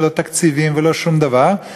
ולא תקציבים ולא שום דבר.